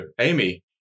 amy